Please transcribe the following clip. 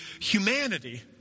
humanity